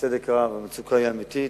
בצדק רב, המצוקה היא אמיתית,